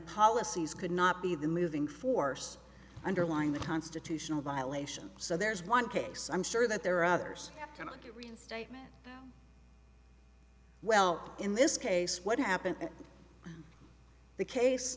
policies could not be the moving force underlying the constitutional violation so there's one case i'm sure that there are others kind of statement well in this case what happened the case